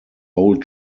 old